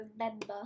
remember